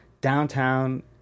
downtown